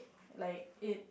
like it